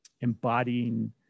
embodying